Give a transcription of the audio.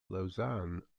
lausanne